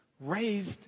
raised